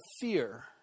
fear